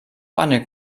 einer